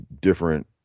different